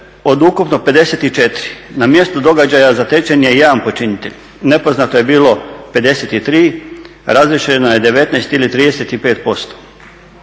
od ukupno 54 na mjestu događaja zatečen je 1 počinitelj, nepoznato je bilo 53, razriješeno je 19 ili 35%.